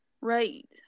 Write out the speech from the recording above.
right